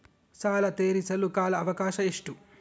ಸಾಲ ತೇರಿಸಲು ಕಾಲ ಅವಕಾಶ ಎಷ್ಟು?